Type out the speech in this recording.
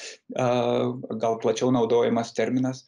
a gal plačiau naudojamas terminas